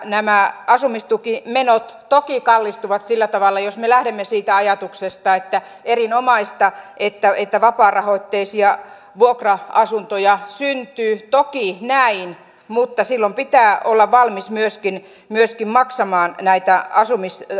nämä asumistukimenot toki kallistuvat sillä tavalla jos me lähdemme siitä ajatuksesta että erinomaista että vapaarahoitteisia vuokra asuntoja syntyy toki näin mutta silloin pitää olla valmis myöskin maksamaan näitä asumistukimenoja